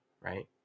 Right